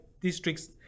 districts